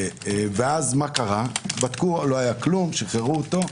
ואז מה קרה לא היה כלום, שחררו אותו.